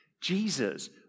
Jesus